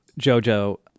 JoJo